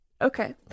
Okay